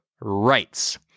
rights